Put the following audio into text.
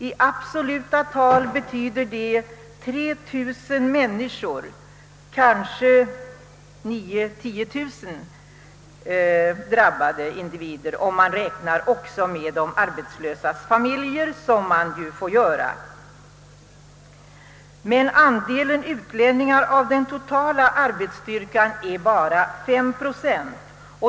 I ab soluta tal betyder det 3 000 människor. Det blir kanske 9 000—10 000 drabbade individer, om man också räknar med de arbetslösas familjer, vilket man ju får göra. Men andelen utlänningar av den totala arbetskraften är bara 5 procent.